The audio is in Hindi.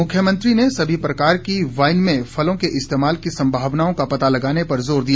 मुख्यमंत्री ने सभी प्रकार की वाईन में फलों के इस्तेमाल की सम्भावनाओं का पता लगाने पर जोर दिया